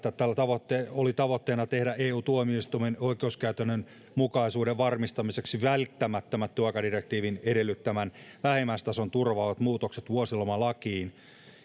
että tällä oli tavoitteena tehdä eu tuomioistuimen oikeuskäytännön mukaisuuden varmistamiseksi välttämättömät työaikadirektiivin edellyttämän vähimmäistason turvaavat muutokset vuosilomalakiin